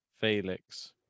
Felix